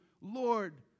Lord